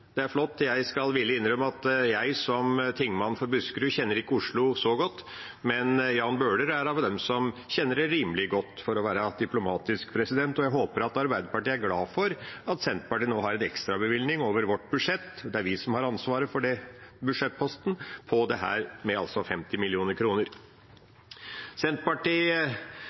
Jeg skal villig innrømme at jeg som tingmann for Buskerud ikke kjenner Oslo så godt, men Jan Bøhler er blant dem som kjenner byen rimelig godt, for å være diplomatisk. Og jeg håper Arbeiderpartiet er glad for at Senterpartiet nå har en ekstrabevilgning over vårt budsjett til dette – det er vi som har ansvaret for den budsjettposten – på altså 50 mill. kr. Senterpartiet går inn for å øke bevilgningen til barnebriller med